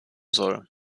soll